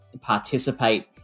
participate